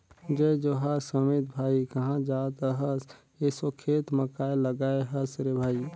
जय जोहार समीत भाई, काँहा जात अहस एसो खेत म काय लगाय हस रे भई?